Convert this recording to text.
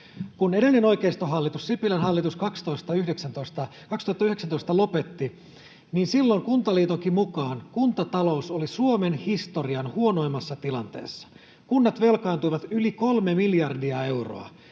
Kun edellinen oikeistohallitus, Sipilän hallitus, 2019 lopetti, silloin Kuntaliitonkin mukaan kuntatalous oli Suomen historian huonoimmassa tilanteessa: kunnat velkaantuivat yli kolme miljardia euroa.